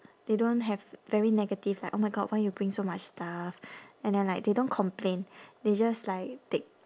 they don't have very negative like oh my god why you bring so much stuff and then like they don't complain they just like take